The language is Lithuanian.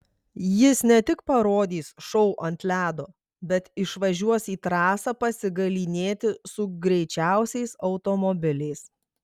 jis ne tik parodys šou ant ledo bet išvažiuos į trasą pasigalynėti su greičiausiais automobiliais